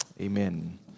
amen